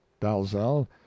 dalzell